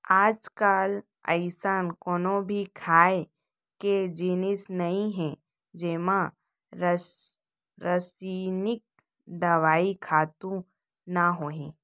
आजकाल अइसन कोनो भी खाए के जिनिस नइ हे जेमा रसइनिक दवई, खातू नइ होही